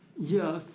yeah,